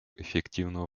эффективного